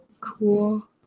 cool